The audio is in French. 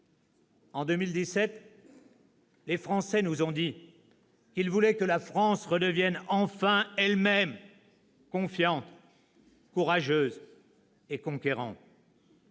En 2017, les Français nous ont dit qu'ils voulaient que la France redevienne enfin elle-même : confiante, courageuse et conquérante.